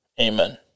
Amen